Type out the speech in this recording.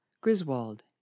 Griswold